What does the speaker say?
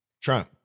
Trump